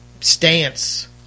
stance